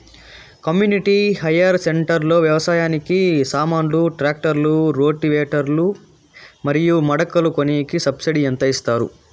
community hire centre లో వ్యవసాయానికి సామాన్లు ట్రాక్టర్లు రోటివేటర్ లు మరియు మడకలు కొనేకి సబ్సిడి ఎంత ఇస్తారు